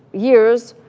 years,